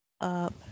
up